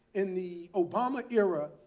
in the obama era,